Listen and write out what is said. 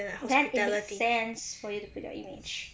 then it makes sense for you to put your image